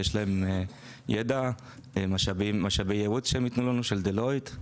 יש להם ידע ומשאבי ייעוץ שניתנו לנו של דלויט.